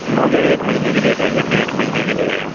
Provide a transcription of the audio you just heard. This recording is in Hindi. मुझे एक महीने के लिए चाहिए मैं एक महीने के लिए आया हूँ